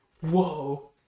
whoa